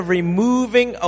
removing